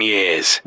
Years